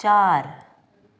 चार